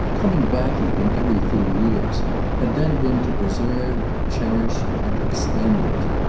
coming back even, every few years had then been to preserve, cherish and extend it.